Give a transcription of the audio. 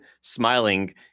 smiling